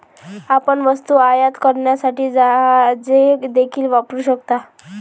आपण वस्तू आयात करण्यासाठी जहाजे देखील वापरू शकता